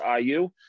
IU